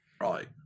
right